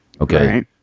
Okay